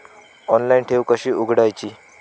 Online ठेव कशी उघडायची?